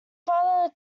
father